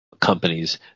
companies